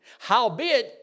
Howbeit